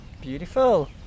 Beautiful